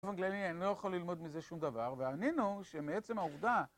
אני לא יכול ללמוד מזה שום דבר, והעניין הוא שמעצם העובדה...